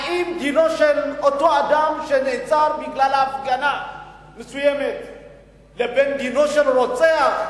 האם דינו של אותו אדם שנעצר בגלל הפגנה מסוימת ודינו של רוצח,